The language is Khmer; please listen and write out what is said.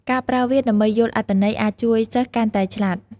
ការប្រើវាដើម្បីយល់អត្ថន័យអាចជួយសិស្សកាន់តែឆ្លាត។